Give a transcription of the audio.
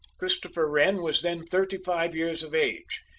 christopher wren was then thirty-five years of age.